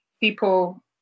people